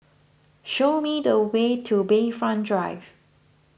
show me the way to Bayfront Drive